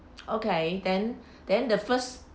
okay then then the first